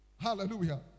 Hallelujah